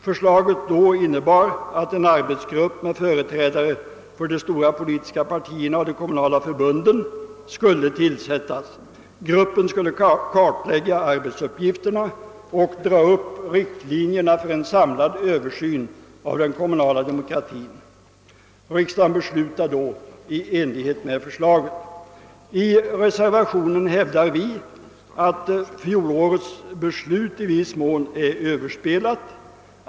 Förslaget då innebar att en arbetsgrupp med företrädare för de stora politiska partierna och de kommunala förbunden skulle tillsättas. Gruppen skulle kartlägga arbetsuppgifterna och dra upp riktlinjerna för en samlad översyn av den kommunala demokratin. Riksdagen beslutade i enlighet med förslaget. I reservationen hävdar vi nu att fjolårets beslut i viss mån är överspelat.